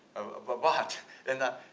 ah but but in a